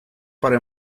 para